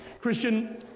Christian